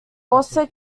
also